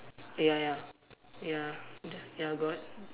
ya ya ya d~ ya got